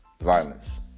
violence